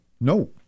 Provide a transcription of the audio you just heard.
No